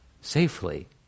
safely